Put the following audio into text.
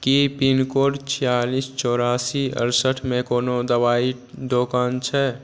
की pincode छियालिस चौरासी अड़सठिमे कोनो दवाइक दोकान छै